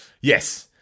yes